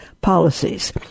policies